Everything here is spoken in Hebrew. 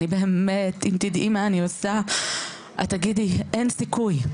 אם תדעי מה אני עושה, את תגידי, אין סיכוי.